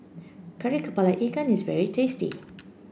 Kari kepala Ikan is very tasty